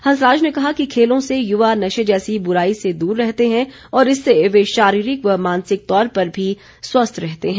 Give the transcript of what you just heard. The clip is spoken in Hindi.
हंसराज ने कहा कि खेलों से युवा नशे जैसी बुराई से दूर रहते हैं और इससे वे शारीरिक व मानसिक तौर पर भी स्वस्थ रहते हैं